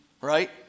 right